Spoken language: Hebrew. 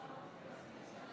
הצעת